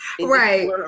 Right